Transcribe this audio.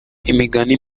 imigani